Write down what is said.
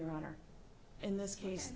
your honor in this case